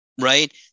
right